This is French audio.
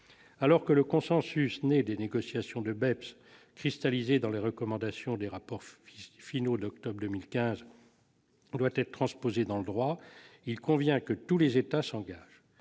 Alors que le consensus né des négociations du projet BEPS, cristallisé dans les recommandations des rapports finaux d'octobre 2015, doit être transposé dans le droit, il convient que tous les États s'engagent.